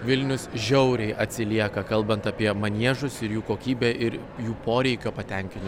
vilnius žiauriai atsilieka kalbant apie maniežus ir jų kokybę ir jų poreikio patenkinimą